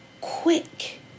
quick